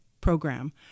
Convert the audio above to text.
program